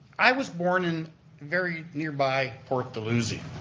i was born in very near by port dalhousie.